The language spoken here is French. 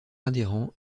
adhérent